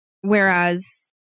whereas